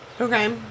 Okay